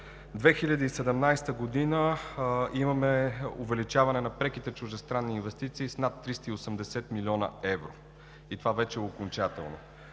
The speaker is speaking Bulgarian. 2017 г. има увеличаване на преките чуждестранни инвестиции с над 380 млн. евро. Това е окончателно.